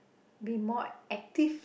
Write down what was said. be more active